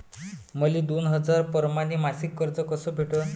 मले दोन हजार परमाने मासिक कर्ज कस भेटन?